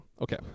Okay